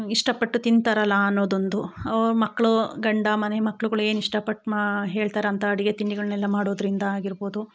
ಇಷ್ಟಪಟ್ಟು ತಿಂತಾರಲ್ಲ ಅನ್ನೊದೊಂದು ಅವ್ರು ಮಕ್ಳು ಗಂಡ ಮನೆ ಮಕ್ಳುಗಳು ಏನು ಇಷ್ಟಪಟ್ಟು ಮಾ ಹೇಳ್ತಾರೆ ಅಂತ ಅಡುಗೆ ತಿಂಡಿಗಳನ್ನ ಎಲ್ಲ ಮಾಡೋದ್ರಿಂದ ಆಗಿರಬೋದು